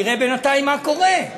ונראה בינתיים מה קורה.